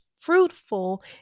fruitful